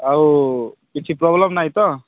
ଆଉ କିଛି ପ୍ରୋବ୍ଲେମ୍ ନାହିଁ ତ